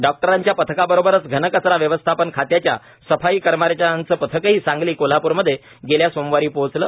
डॉक्टरांच्या पथकाबरोबरच घनकचरा व्यवस्थापन खात्याच्या सफाई कर्मचाऱ्यांचं पथकही सांगली कोल्हाप्रमध्ये गेल्या सोमवारी पोहोचलं